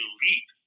leap